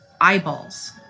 Eyeballs